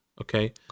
Okay